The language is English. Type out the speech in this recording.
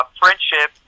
friendship